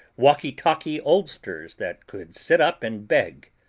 walkie-talkie oldsters that could sit up and beg,